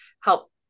help